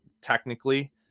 technically